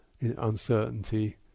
uncertainty